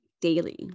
daily